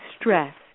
stress